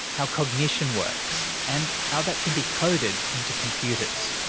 how cognition works, and how that can be coded into computers,